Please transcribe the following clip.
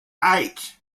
eight